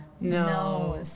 No